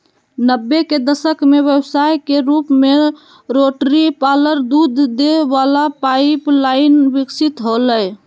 नब्बे के दशक में व्यवसाय के रूप में रोटरी पार्लर दूध दे वला पाइप लाइन विकसित होलय